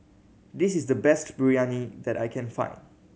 this is the best Biryani that I can find